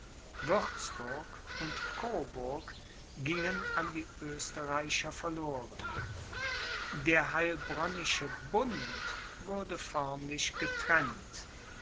und koburg gingen an die oesterreicher verloren der heilbronnische bund wurde förmlich getrennt